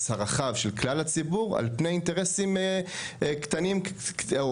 הרחב של כלל הציבור על פני אינטרסים קטנים או